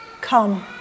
come